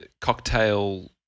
cocktail